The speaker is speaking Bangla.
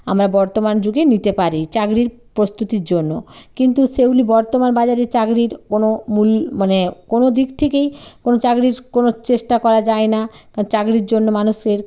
আমরা বর্তমান যুগে নিতে পারি চাকরির প্রস্তুতির জন্য কিন্তু সেগুলি বর্তমান বাজারে চাকরির কোনো মূল মানে কোনো দিক থেকেই কোনো চাকরির কোনো চেষ্টা করা যায় না কারণ চাকরির জন্য মানুষের